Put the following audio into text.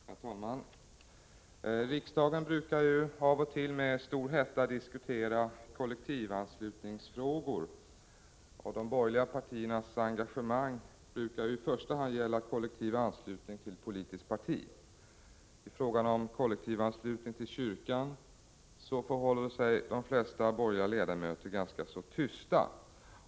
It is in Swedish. Herr talman! Riksdagen brukar av och till med stor hetta diskutera kollektivanslutningsfrågor. De borgerliga partiernas engagemang brukar i första hand gälla kollektivanslutning till politiskt parti. I frågan om kollektivanslutning till kyrkan förhåller sig de flesta borgerliga ledamöter ganska tysta.